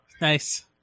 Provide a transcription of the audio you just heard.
nice